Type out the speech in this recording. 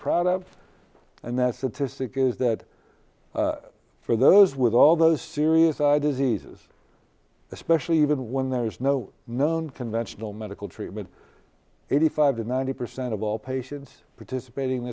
proud of and that's the to sick is that for those with all those serious eye diseases especially even when there is no known conventional medical treatment eighty five to ninety percent of all patients participating in